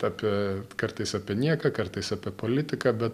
apie vat kartais apie nieką kartais apie politiką bet